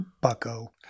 bucko